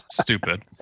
stupid